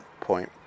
point